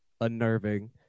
unnerving